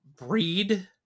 Breed